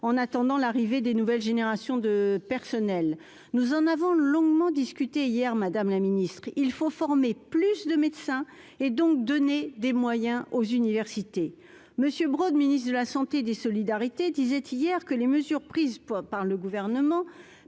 en attendant l'arrivée des nouvelles générations de personnel, nous en avons longuement discuté hier, Madame la Ministre, il faut former plus de médecins et donc donner des moyens aux universités Monsieur Brown, ministre de la Santé et des solidarités, disait hier que les mesures prises par le gouvernement,